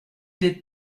des